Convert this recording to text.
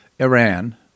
Iran